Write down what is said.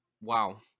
wow